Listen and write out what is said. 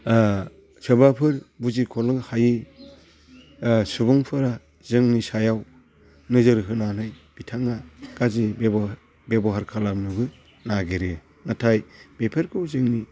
सोरबाफोर बुजिखनो हायै सुबुंफोरा जोंनि सायाव नोजोर होनानै बिथाङा गाज्रि बेबहार बेबहार खालामनोबो नागिरो नाथाय बेफोरखौ जोंनि